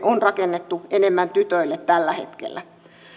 on rakennettu enemmän tytöille tällä hetkellä